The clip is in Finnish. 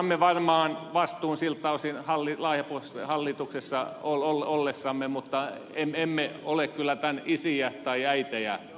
me kannamme varmaan vastuun siltä osin laajapohjaisessa hallituksessa ollessamme mutta emme ole kyllä tämän isiä tai äitejä